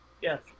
yes